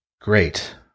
Great